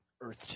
Earth